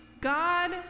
God